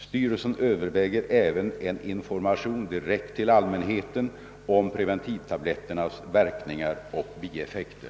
Styrelsen överväger även en information direkt till allmänheten om preventivtabletternas verkningar och bieffekter.